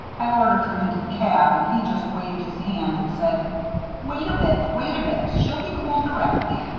i ordered him into the cab, and he just waved his hand and said wait a bit, wait a bit. she'll be cool directly